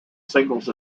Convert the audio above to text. singles